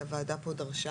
והוועדה דרשה